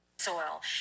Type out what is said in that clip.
soil